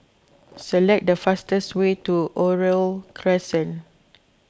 select the fastest way to Oriole Crescent